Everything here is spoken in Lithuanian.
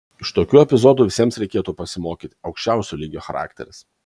iš tokių epizodų visiems reikėtų pasimokyti aukščiausio lygio charakteris